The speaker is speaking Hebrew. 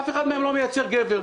אף אחד מהם לא מייצר ג'קט לגבר.